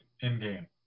in-game